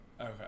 Okay